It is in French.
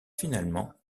finalement